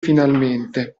finalmente